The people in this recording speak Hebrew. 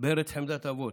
בארץ חמדת אבות.